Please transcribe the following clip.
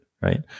right